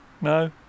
No